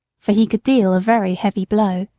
for he could deal a very heavy blow.